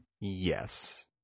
Yes